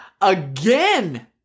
again